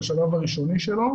לשלב הראשוני שלו,